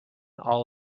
all